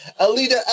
alita